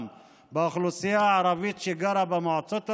באוכלוסייה הערבית שגרה במועצות האזוריות,